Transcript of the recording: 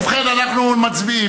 ובכן, אנחנו מצביעים.